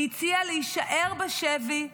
היא הציעה להישאר בשבי,